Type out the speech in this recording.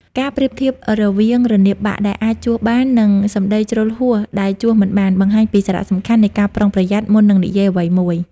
ការប្រៀបធៀបរវាង រនាបបាក់ ដែលអាចជួសបាន និង សម្ដីជ្រុលហួស ដែលជួសមិនបាន បង្ហាញពីសារៈសំខាន់នៃ ការប្រុងប្រយ័ត្ន មុននឹងនិយាយអ្វីមួយ។